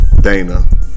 Dana